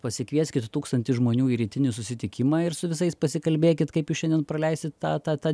pasikvieskit tūkstantį žmonių į rytinį susitikimą ir su visais pasikalbėkit kaip jūs šiandien praleisit tą tą tą